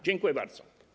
Dziękuję bardzo.